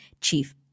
chief